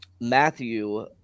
Matthew